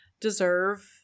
deserve